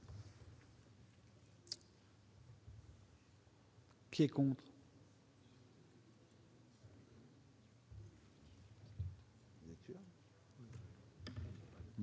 qui est contre.